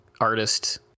artist